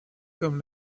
comme